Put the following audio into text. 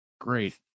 great